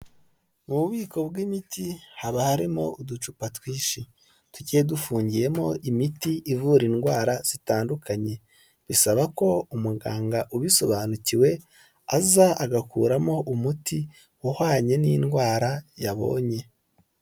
Mu bubiko bw'imiti haba harimo uducupa twinshi tugiye dufungiyemo imiti ivura indwara zitandukanye, bisaba ko umuganga ubisobanukiwe aza agakuramo umuti uhwanye n'indwara yabonye.